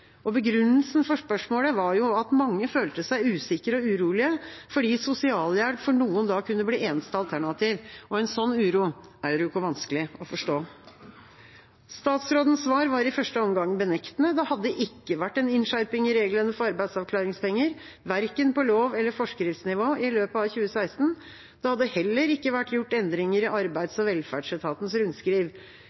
Begrunnelsen for spørsmålet var jo at mange følte seg usikre og urolige, fordi sosialhjelp for noen da kunne bli eneste alternativ. En slik uro er det ikke vanskelig å forstå. Statsrådens svar var i første omgang benektende – det hadde ikke vært en innskjerping i reglene for arbeidsavklaringspenger, verken på lov- eller forskriftsnivå, i løpet av 2016. Det hadde heller ikke vært gjort endringer i arbeids- og velferdsetatens rundskriv.